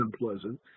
unpleasant